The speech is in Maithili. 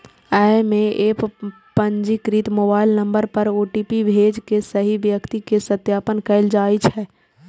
अय मे एप पंजीकृत मोबाइल नंबर पर ओ.टी.पी भेज के सही व्यक्ति के सत्यापन कैल जाइ छै